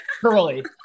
curly